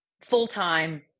full-time